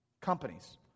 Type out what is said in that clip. companies